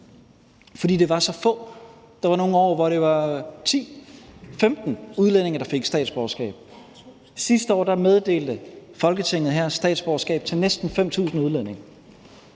fordi det var så få. Der var nogle år, hvor det var 10 eller 15 udlændinge, der fik statsborgerskab. Sidste år meddelte Folketinget her statsborgerskab til næsten 5.000 udlændinge.